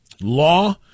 Law